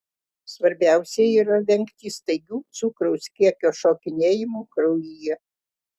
svarbiausia yra vengti staigių cukraus kiekio šokinėjimų kraujyje